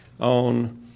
on